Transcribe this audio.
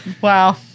Wow